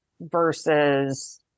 versus